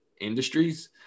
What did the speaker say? industries